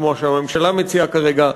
כמו שהממשלה מציעה כרגע,